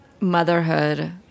motherhood